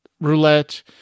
roulette